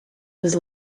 was